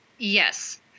Yes